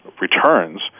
returns